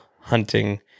hunting